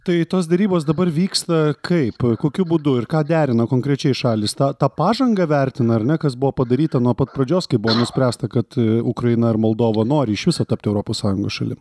tai tos derybos dabar vyksta kaip kokiu būdu ir ką derina konkrečiai šalys tą tą pažangą vertina ar ne kas buvo padaryta nuo pat pradžios kai buvo nuspręsta kad ukraina ir moldova nori iš viso tapti europos sąjungos šalim